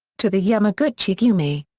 to the yamaguchi-gumi.